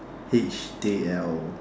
H_D_L